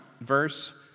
verse